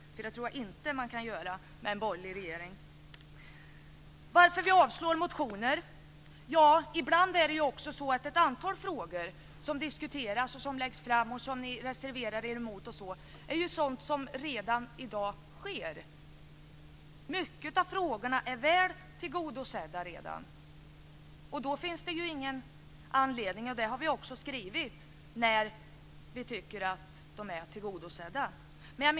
Det kan de nog inte göra med en borgerlig regering. Varför vi avstyrker motioner? Jo, ett antal frågor som ni tar upp och reserverar er för är sådant som redan sker i dag. Många av frågorna är väl tillgodosedda, och då finns det ingen anledning att tillstyrka dessa förslag.